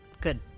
Good